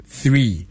three